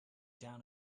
down